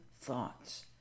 thoughts